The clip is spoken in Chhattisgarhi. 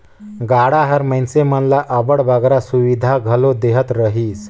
गाड़ा हर किसान मन ल अब्बड़ बगरा सुबिधा घलो देहत रहिस